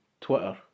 Twitter